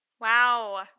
Wow